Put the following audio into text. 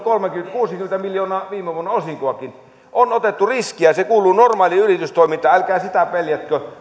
kuusikymmentä miljoonaa viime vuonna osinkoakin on otettu riskejä se kuuluu normaaliin yritystoimintaan älkää sitä peljätkö